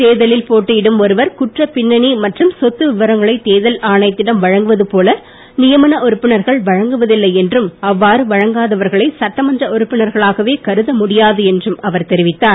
தேர்தலில் போட்டியிடும் ஒருவர் குற்றப் பின்னணி மற்றும் சொத்து விவரங்களை தேர்தல் ஆணையத்திடம் வழங்குவது போல நியமன உறுப்பினர்கள் வழங்குவதில்லை என்றும் அவ்வாறு வழங்காதவர்களை சட்டமன்ற உறுப்பினர்களாகவே கருத முடியாது என்றும் அவர் தெரிவித்தார்